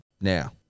Now